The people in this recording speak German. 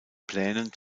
plänen